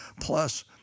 plus